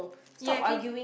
ya can